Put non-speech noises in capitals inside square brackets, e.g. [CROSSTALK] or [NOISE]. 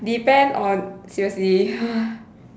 depend on seriously [NOISE]